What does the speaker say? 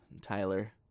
Tyler